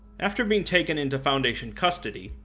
after being taken into foundation custody,